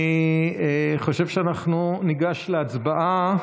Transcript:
אני חושב שאנחנו ניגש להצבעה.